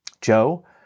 Joe